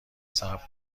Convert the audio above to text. صبر